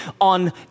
on